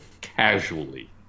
casually